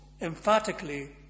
emphatically